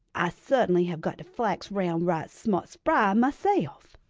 ah cert'nly have got to flax round right smart spry mahself!